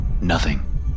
Nothing